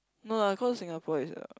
no lah cause Singapore is a